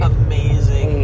amazing